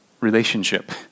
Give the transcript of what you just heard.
relationship